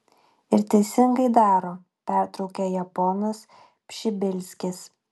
ir teisingai daro pertraukė ją ponas pšibilskis